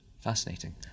fascinating